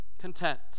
content